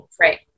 right